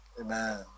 amen